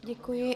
Děkuji.